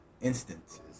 instances